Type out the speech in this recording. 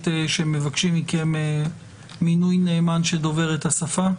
אשר מבקשים מכם מינוי נאמן שדובר את השפה?